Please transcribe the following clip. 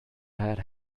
had